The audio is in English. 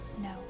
No